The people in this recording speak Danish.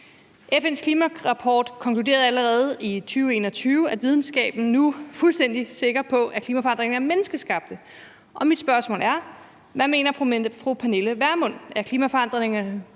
FN's klimarapport konkluderede allerede i 2021, at videnskaben nu er fuldstændig sikker på, at klimaforandringerne er menneskeskabte. Og mine spørgsmål er: Hvad mener fru Pernille Vermund – er klimaforandringerne